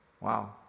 Wow